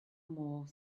more